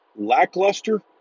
lackluster